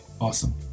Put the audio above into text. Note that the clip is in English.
Awesome